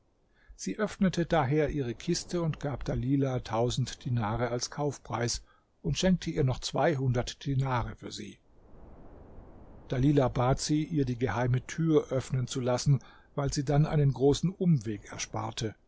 sie öffnete daher ihre kiste und gab dalilah tausend dinare als kaufpreis und schenkte ihr noch zweihundert dinare für sie dalilah bat sie ihr die geheime tär öffnen zu lassen weil sie dann einen großen umweg ersparte